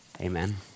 amen